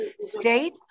State